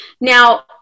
now